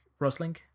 Rosling